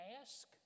ask